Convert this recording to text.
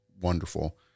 Wonderful